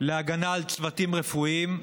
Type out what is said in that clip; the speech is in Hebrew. להגנה על צוותים רפואיים,